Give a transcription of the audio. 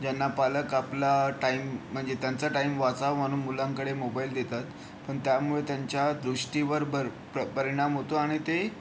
ज्यांना पालक आपला टाईम म्हणजे त्यांचा टाईम वाचावा म्हणून मुलांकडे मोबाईल देतात पण त्यामुळे त्यांच्या दृष्टीवर भर प परिणाम होतो आणि ते